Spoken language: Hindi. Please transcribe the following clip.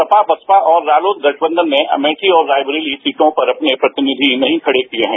सपा बसपा और रालोद गठबंधन में अमेठी और रायबरेली सीटों पर अपने प्रतिनिधि नहीं खड़े किए हैं